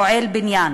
פועל בניין,